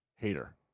hater